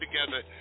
together